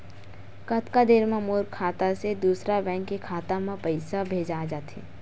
कतका देर मा मोर खाता से दूसरा बैंक के खाता मा पईसा भेजा जाथे?